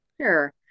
Sure